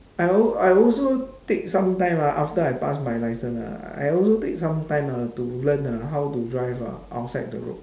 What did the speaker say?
I al~ I also take some time ah after I pass my licence ah I also take some time ah to learn ah how to drive ah outside the road